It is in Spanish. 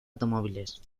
automóviles